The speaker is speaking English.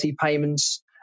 payments